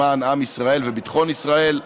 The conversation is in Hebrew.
למען עם ישראל וביטחון ישראל,